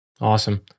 Awesome